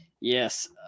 yes